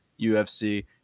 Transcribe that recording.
UFC